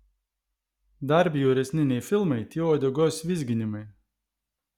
dar bjauresni nei filmai tie uodegos vizginimai